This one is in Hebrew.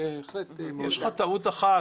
יש לך טעות אחת.